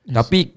Tapi